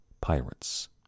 pirates